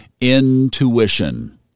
intuition